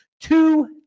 two